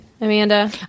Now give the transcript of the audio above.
Amanda